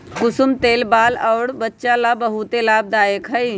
कुसुम तेल बाल अउर वचा ला बहुते लाभदायक हई